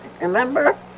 Remember